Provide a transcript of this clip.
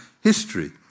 history